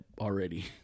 already